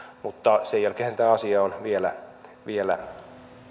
mutta sen jälkeenhän tämä asia on vielä vielä